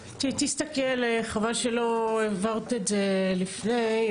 תסתכל, חבל שלא העברת את זה לפני.